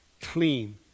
clean